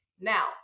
Now